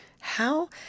How